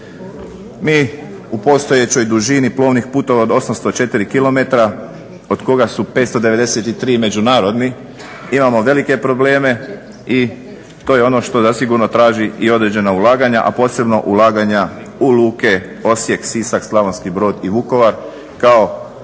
Mi u postojećoj dužini plovnih putova od 804 km od koga su 593 međunarodni imamo velike probleme i to je ono što zasigurno traži i određena ulaganja, a posebno ulaganja u luke Osijek, Sisak, Slavonski Brod i Vukovar kao moguću